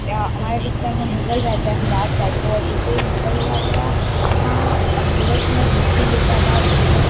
અમારા વિસ્તારમાં મુગલ રાજાનું રાજ ચાલતું હતું જે મુગલ રાજા સુરતને લૂંટી લીધા બાદ સુરત